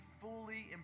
fully